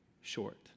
short